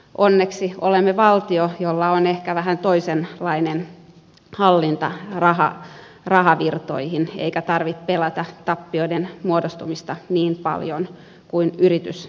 onneksi olemme valtio jolla on ehkä vähän toisenlainen hallinta rahavirtoihin eikä tarvitse pelätä tappioiden muodostumista niin paljon kuin yrityselämässä